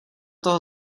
toho